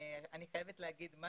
אני חייבת להגיד שמה